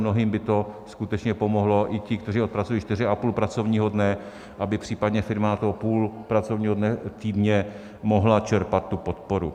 Mnohým by to skutečně pomohlo, i ti kteří odpracují čtyři a půl pracovního dne, aby případně firma na toho půl pracovního dne týdně mohla čerpat tu podporu.